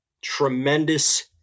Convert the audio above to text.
tremendous